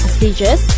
stages